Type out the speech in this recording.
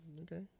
okay